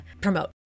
promote